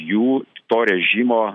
jų to režimo